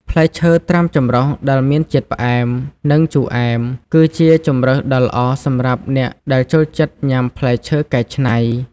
ផ្លែឈើត្រាំចម្រុះដែលមានជាតិផ្អែម និងជូរអែម គឺជាជម្រើសដ៏ល្អសម្រាប់អ្នកដែលចូលចិត្តញ៉ាំផ្លែឈើកែច្នៃ។